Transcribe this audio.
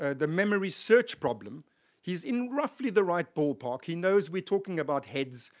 ah the memory search problem he's in roughly the right ballpark, he knows we're talking about heads,